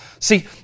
See